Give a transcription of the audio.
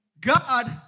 God